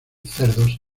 cerdos